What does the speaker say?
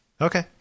Okay